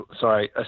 sorry